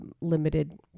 limited